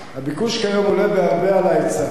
הביקוש כיום עולה בהרבה על ההיצע.